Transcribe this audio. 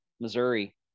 Missouri